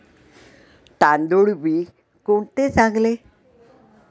तांदूळ बी कोणते चांगले?